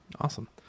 Awesome